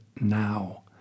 now